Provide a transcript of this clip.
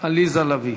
עליזה לביא.